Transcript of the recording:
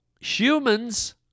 humans